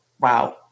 wow